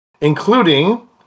Including